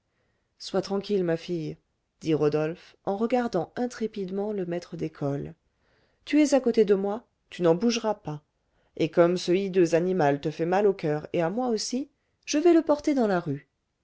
sois tranquille ma fille dit rodolphe en regardant intrépidement le maître d'école tu es à côté de moi tu n'en bougeras pas et comme ce hideux animal te fait mal au coeur et à moi aussi je vais le porter dans la rue